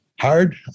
hard